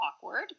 awkward